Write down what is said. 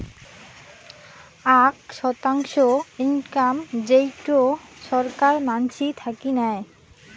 আক শতাংশ ইনকাম যেইটো ছরকার মানসি থাকি নেয়